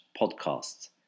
podcasts